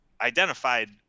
identified